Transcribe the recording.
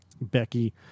Becky